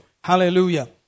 Hallelujah